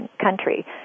country